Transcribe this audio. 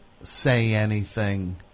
say-anything